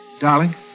Darling